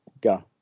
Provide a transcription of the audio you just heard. Go